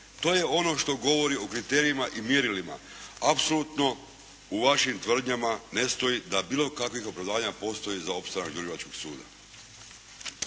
To je ono što govori o kriterijima i mjerilima. Apsolutno u vašim tvrdnjama ne stoji da bilo kakvih opravdanja postoji za opstanak đurđevačkog suda.